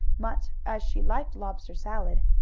much as she liked lobster salad.